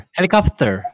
Helicopter